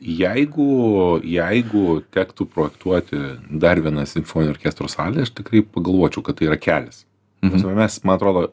jeigu jeigu tektų projektuoti dar vienas simfoninio orkestro salę aš tikrai pagalvočiau kad tai yra kelias ta prasme mes man atrodo